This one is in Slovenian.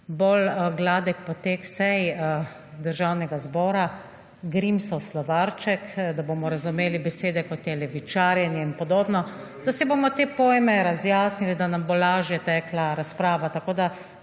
bolj gladek potek sej Državnega zbora Grimsov slovarček, da bomo razumeli besede, kot je levičarjenje, in podobno, da si bomo te pojme razjasnili, da nam bo lažje tekla razprava. Tako da,